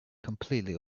completely